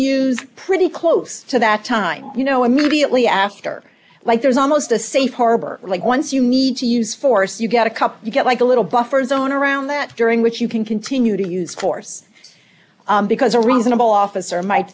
used pretty close to that time you know immediately after like there's almost a safe harbor like once you need to use force you get a couple you get like a little buffer zone around that during which you can continue to use course because a reasonable officer might